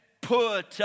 Put